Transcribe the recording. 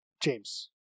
james